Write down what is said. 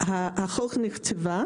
החוק נכתב,